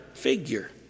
figure